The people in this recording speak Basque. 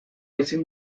ezin